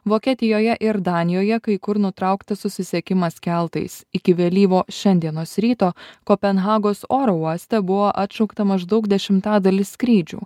vokietijoje ir danijoje kai kur nutrauktas susisiekimas keltais iki vėlyvo šiandienos ryto kopenhagos oro uoste buvo atšaukta maždaug dešimtadalis skrydžių